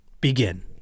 Begin